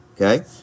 okay